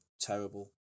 terrible